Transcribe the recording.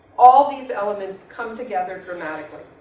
all these elements come together dramatically.